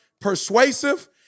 persuasive